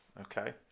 okay